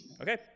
Okay